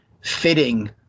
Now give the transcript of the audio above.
fitting